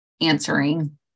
answering